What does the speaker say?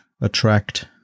attract